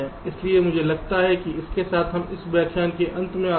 इसलिए मुझे लगता है कि इसके साथ हम इस व्याख्यान के अंत में आते हैं